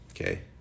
Okay